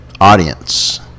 audience